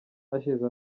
hashize